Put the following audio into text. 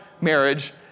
marriage